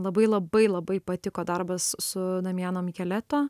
labai labai labai patiko darbas su damiano michieletto